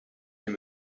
him